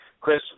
Chris